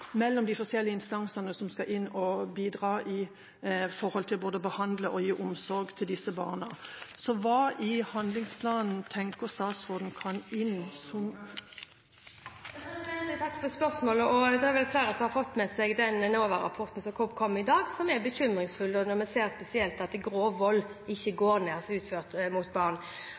mellom de forskjellige instansene som skal inn og bidra med hensyn til både å behandle og gi omsorg til disse barna? Hva tenker statsråden kan inngå i handlingsplanen? Jeg takker for spørsmålet. Det er vel flere som har fått med seg den NOVA-rapporten som kom i dag. Den er bekymringsfull, og vi ser at spesielt grov vold utført mot barn ikke går ned.